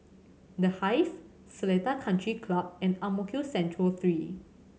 The Hive Seletar Country Club and Ang Mo Kio Central Three